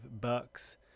bucks